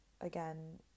again